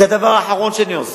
זה הדבר האחרון שאני עושה.